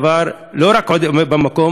הדבר לא רק עומד במקום,